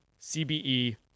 cbe